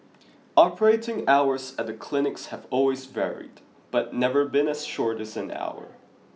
operating hours at the clinics have always varied but never been as short as an hour